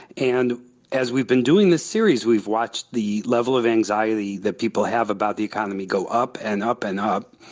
and as we've been doing this series, we've watched the level of anxiety that people have about the economy go up and up and up,